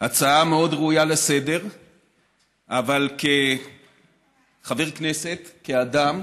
הצעה מאוד ראויה לסדר-היום, אבל כחבר כנסת, כאדם,